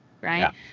right